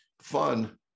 fun